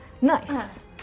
Nice